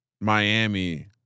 Miami